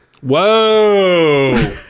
Whoa